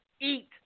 eat